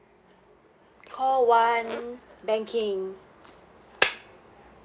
call one banking